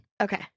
okay